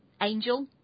Angel